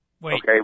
Wait